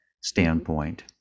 standpoint